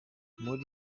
muri